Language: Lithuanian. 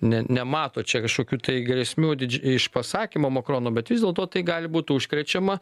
ne nemato čia kažkokių tai grėsmių iš pasakymo makrono bet vis dėlto tai gali būt užkrečiama